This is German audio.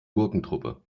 gurkentruppe